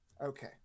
Okay